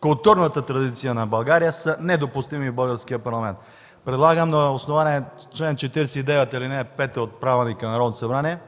културната традиция на България са недопустими в Българския парламент. Предлагам на основание чл. 49, ал. 5 от Правилника за организацията